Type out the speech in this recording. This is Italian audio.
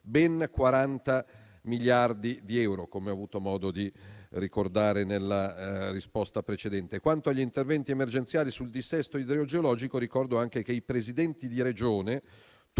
miliardi di euro, come ho avuto modo di ricordare nella risposta precedente. Quanto agli interventi emergenziali sul dissesto idrogeologico, ricordo anche che i Presidenti di Regione